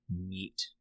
meat